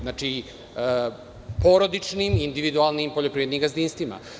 Znači, porodičnim, individualnim poljoprivrednim gazdinstvima.